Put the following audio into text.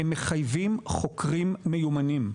הם מחייבים חוקרים מיומנים.